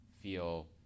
feel